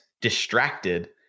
distracted